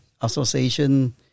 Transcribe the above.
Association